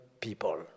people